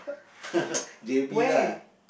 J_B lah